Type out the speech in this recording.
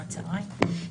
כמעט צוהריים.